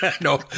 No